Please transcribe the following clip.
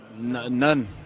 None